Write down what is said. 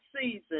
season